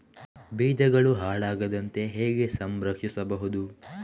ಬೀಜಗಳು ಹಾಳಾಗದಂತೆ ಹೇಗೆ ಸಂರಕ್ಷಿಸಬಹುದು?